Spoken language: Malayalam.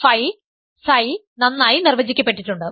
ф ψ നന്നായി നിർവചിക്കപ്പെട്ടിട്ടുണ്ട്